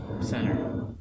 center